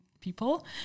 people